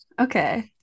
Okay